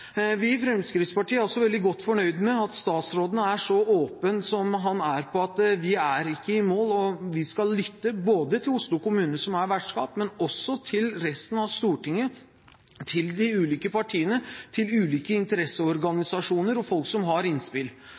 Vi i Fremskrittspartiet er også veldig godt fornøyd med at statsråden er så åpen som han er, på at vi ikke er i mål, og vi skal lytte både til Oslo kommune – som er vertskap – og også til resten av Stortinget, til de ulike partiene, til ulike interesseorganisasjoner og til folk som har innspill.